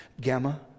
Gamma